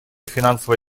финансово